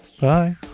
Bye